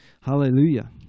Hallelujah